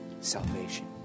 salvation